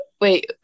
Wait